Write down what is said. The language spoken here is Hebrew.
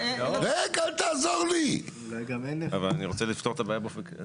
אבל אני רוצה לפתור את הבעיה באופן כללי.